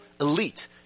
elite